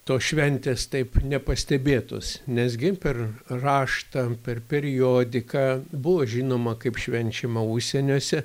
tos šventės taip nepastebėtos nes gi per raštą per periodiką buvo žinoma kaip švenčiama užsieniuose